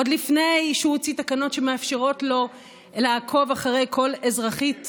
עוד לפני שהוא הוציא תקנות שמאפשרות לו לעקוב אחרי כל אזרחית ואזרח,